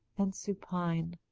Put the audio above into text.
and supine.